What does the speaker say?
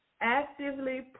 actively